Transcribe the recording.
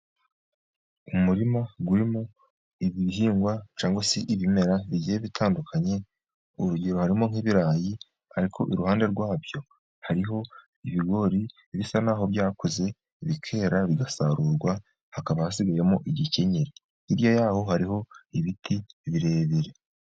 Umurima urimo ibihingwa cyangwa se ibimera bigiye bitandukanye, urugero harimo nk'ibirayi ariko iruhande rwabyo hariho ibigori bisa n'aho byakuze bikera bigasarurwa, hakaba hasigayemo igikenyeri, hirya yaho hariho ibiti birebire.